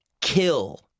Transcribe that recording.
Kill